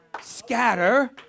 scatter